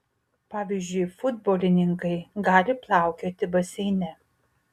pavyzdžiui futbolininkai gali plaukioti baseine